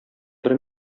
бер